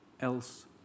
else